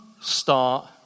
start